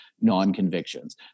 non-convictions